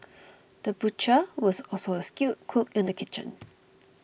the butcher was also a skilled cook in the kitchen